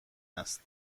است